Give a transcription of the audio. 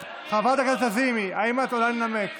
חברת הכנסת לזימי, האם את עולה לנמק?